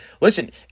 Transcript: Listen